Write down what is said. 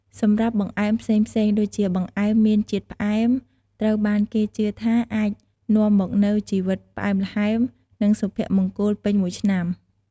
សម្រាប់់បង្អែមផ្សេងៗ ដូចជាបង្អែមមានជាតិផ្អែម ត្រូវបានគេជឿថាអាចនាំមកនូវជីវិតផ្អែមល្ហែមនិងសុភមង្គលពេញមួយឆ្នាំ។